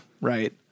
right